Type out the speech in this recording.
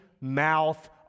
mouth